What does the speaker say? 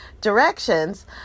directions